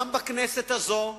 גם בכנסת הזאת,